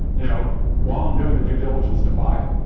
you know while i'm doing the due diligence to buy it.